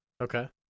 Okay